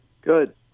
Good